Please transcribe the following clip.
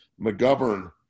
McGovern